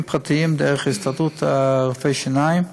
פרטיים דרך הסתדרות רופאי השיניים,